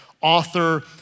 author